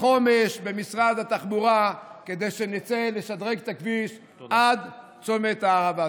החומש במשרד התחבורה כדי שנצא לשדרג את הכביש עד צומת הערבה.